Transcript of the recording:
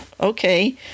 Okay